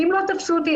ואם לא תפסו אותי,